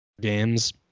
games